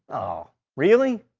ohh. really?